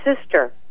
sister